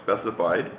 specified